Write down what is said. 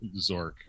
Zork